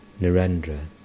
Narendra